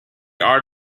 art